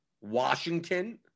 Washington